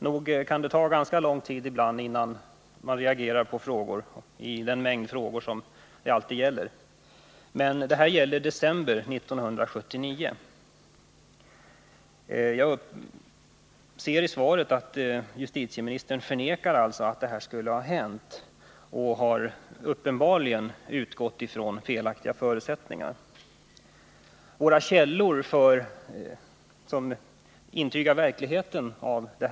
Nog kan det ibland ta ganska lång tid innan man reagerar i den mängd frågor som förekommer, men bakgrunden till frågan är en händelse som inträffade i december 1979. Justitieministern har uppenbarligen utgått från felaktiga förutsättningar, när han i svaret förnekar förekomsten av sådana förhållanden som frågan gäller.